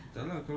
adik ipar dia